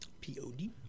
P-O-D